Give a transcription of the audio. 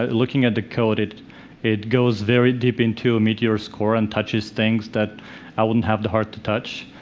um looking at the code, it it goes very deep into meteor's core and touches things that i wouldn't have the heart to touch.